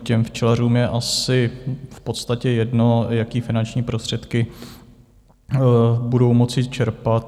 Těm včelařům je asi v podstatě jedno, jaké finanční prostředky budou moci čerpat.